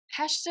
hashtag